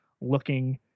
looking